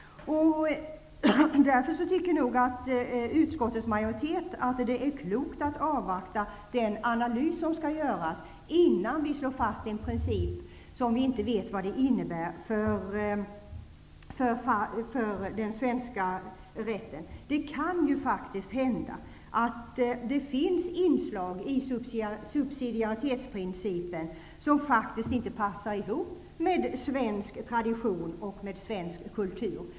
Utskottets majoritet tycker därför att det är klokt att avvakta den analys som skall göras innan vi slår fast en princip som vi inte vet vad den innebär för den svenska rätten. Det kan ju hända att det i subsidiaritetsprincipen finns inslag som faktiskt inte passar ihop med svensk tradition och svensk kultur.